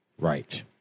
Right